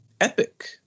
epic